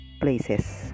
places